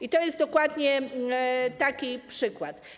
I to jest dokładnie taki przykład.